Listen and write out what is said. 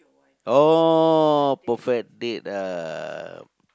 oh perfect date ah